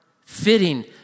fitting